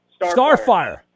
Starfire